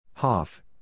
HOFF